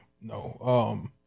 No